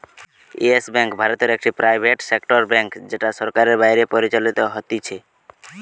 yes Bank ভারতে একটি private sector bank যেটা সরকারের বাইরে পরিচালিত হতিছে